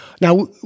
Now